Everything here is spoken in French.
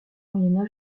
moyen